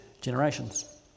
generations